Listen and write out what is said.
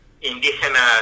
indígenas